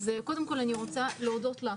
קודם כול אני רוצה להודות לך,